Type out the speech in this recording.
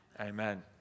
Amen